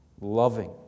loving